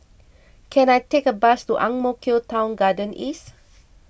can I take a bus to Ang Mo Kio Town Garden East